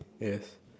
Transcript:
yes